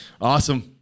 Awesome